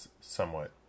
somewhat